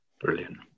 Brilliant